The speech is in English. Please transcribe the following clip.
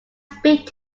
speak